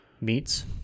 meats